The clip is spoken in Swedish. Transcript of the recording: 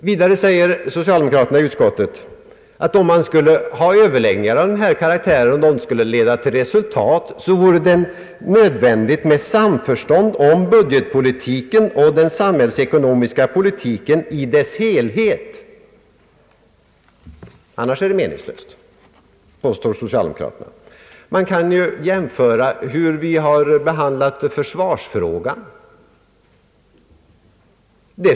Vidare säger socialdemokraterna i utskottet, att om överläggningar av denna karaktär skulle kunna leda till resultat, vore det nödvändigt med samförstånd om budgetpolitiken och den samhällsekonomiska politiken i dess helhet. Annars vore det meningslöst, påstår socialdemokraterna. Man kan ju göra en jämförelse med hur vi har behandlat försvarsfrågan.